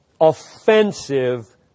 offensive